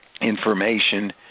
information